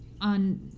on